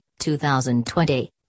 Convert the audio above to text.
2020